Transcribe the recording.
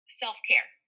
self-care